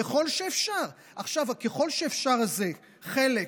"ככל שאפשר" הזה, חלק,